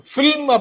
Film